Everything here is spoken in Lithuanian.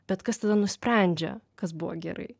bet kas tada nusprendžia kas buvo gerai